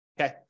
okay